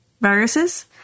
Viruses